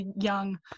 young